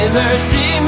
mercy